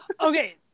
Okay